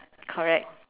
correct